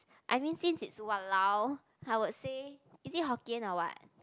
I mean since it's !walao! I would say is it hokkien or what